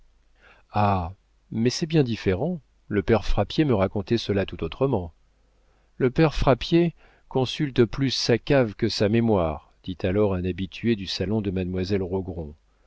mais c'est bien différent le père frappier me racontait cela tout autrement le père frappier consulte plus sa cave que sa mémoire dit alors un habitué du salon de mademoiselle